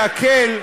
וכל זאת כדי להקל,